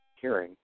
hearing